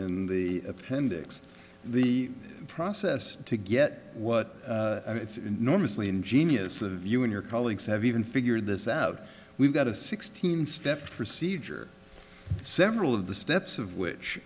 the appendix the process to get what it's normally ingenious of you and your colleagues have even figured this out we've got a sixteen step procedure several of the steps of which